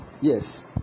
Yes